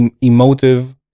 emotive